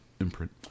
imprint